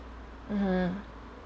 (uh huh)